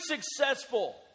successful